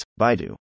Baidu